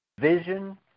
vision